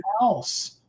else